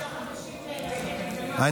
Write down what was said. חמישה חודשים לשבת, ומה?